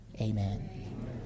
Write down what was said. amen